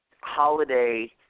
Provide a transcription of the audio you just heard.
Holiday –